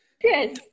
Good